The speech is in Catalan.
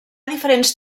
diferents